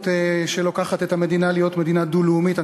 שלוקחת את המדינה להיות מדינה דו-לאומית.